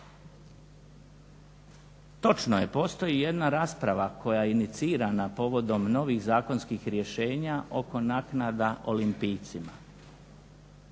Točno je, postoji jedna rasprava koja je inicirana povodom novih zakonskih rješenja oko naknada olimpijcima.